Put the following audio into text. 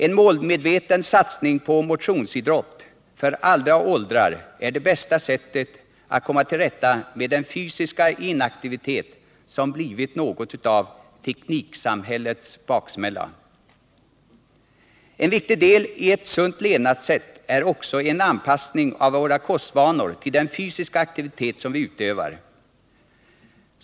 En målmedveten satsning på motionsidrott för alla åldrar är det bästa sättet att komma till rätta med den fysiska inaktivitet som blivit något av tekniksamhällets baksmälla. En viktig del i ett sunt levnadssätt är också en anpassning av våra kostvanor till den fysiska aktivitet som vi utövar.